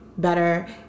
better